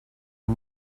est